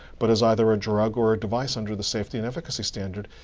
but as either a drug or device under the safety and efficacy standard,